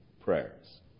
prayers